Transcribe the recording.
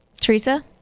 Teresa